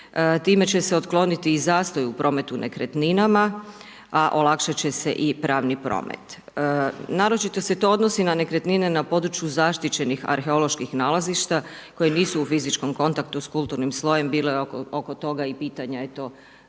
Time će se otkloniti i zastoj u prometu nekretninama, a olakšat će se i pravni promet. Naročito se to odnosi na nekretnine na području zaštićenih arheoloških nalazišta koje nisu u fizičkom kontaktu s kulturnim slojem, bilo je oko toga i pitanja i u